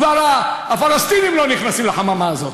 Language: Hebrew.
כבר הפלסטינים לא נכנסים לחממה הזאת,